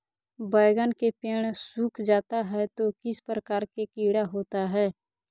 बैगन के पेड़ सूख जाता है तो किस प्रकार के कीड़ा होता है?